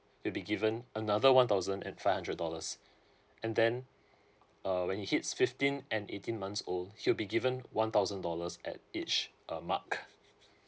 will be given another one thousand and five hundred dollars and then uh when he hits fifteen and eighteen months old he will be given one thousand dollars at each uh mark